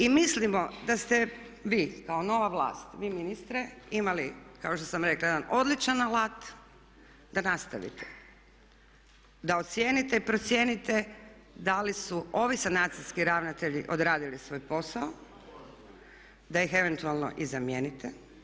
I mislimo da ste vi kao nova vlast, vi ministre, imali kao što sam rekla jedan odličan alat da nastavite, da ocijenite i procijenite da li su ovi sanacijski ravnatelji odradili svoj posao, da ih eventualno i zamijenite.